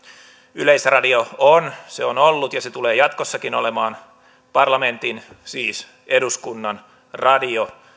yleisradio on se on ollut ja se tulee jatkossakin olemaan parlamentin siis eduskunnan radio